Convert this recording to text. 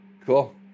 Cool